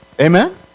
Amen